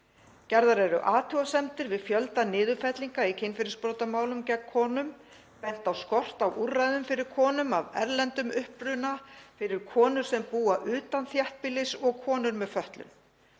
Gerðar eru athugasemdir við fjölda niðurfellinga í kynferðisbrotamálum gegn konum, bent á skort á úrræðum fyrir konur af erlendum uppruna, fyrir konur sem búa utan þéttbýlis og fyrir konur með fötlun.